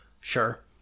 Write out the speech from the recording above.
Sure